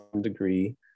degree